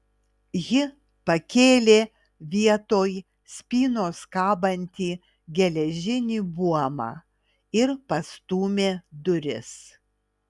ji pakėlė vietoj spynos kabantį geležinį buomą ir pastūmė duris